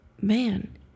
man